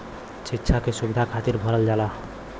सिक्षा के सुविधा खातिर भरल जाला